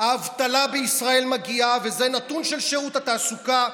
האבטלה בישראל מגיעה, וזה נתון של שירות התעסוקה,